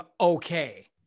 okay